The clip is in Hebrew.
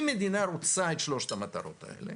אם מדינה רוצה את שלושת המטרות הללו,